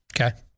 Okay